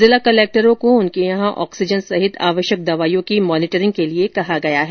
जिला कलेक्टरों को उनके यहां ऑक्सीजन सहित आवश्यक दवाइयों की मॉनीटरिंग के लिए कहा गया है